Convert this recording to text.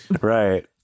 Right